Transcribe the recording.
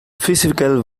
physical